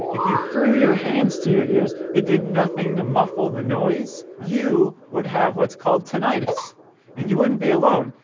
if you threw your hands to your ears it did nothing to muffle the noise? you would have what's called tinnitus and you wouldn't be alone.